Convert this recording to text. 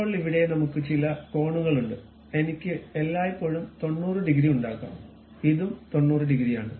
ഇപ്പോൾ ഇവിടെ നമുക്ക് ചില കോണുകളുണ്ട് എനിക്ക് എല്ലായ്പ്പോഴും 90 ഡിഗ്രി ഉണ്ടാക്കാം ഇതും 90 ഡിഗ്രിയാണ്